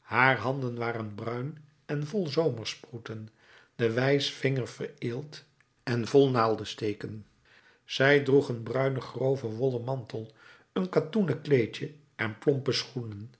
haar handen waren bruin en vol zomersproeten de wijsvinger vereelt en vol naaldesteken zij droeg een bruinen groven wollen mantel een katoenen kleedje en plompe schoenen